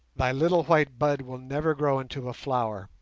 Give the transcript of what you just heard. thy little white bud will never grow into a flower,